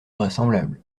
vraisemblable